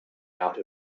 out